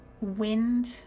wind